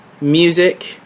music